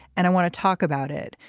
and i want to talk about it.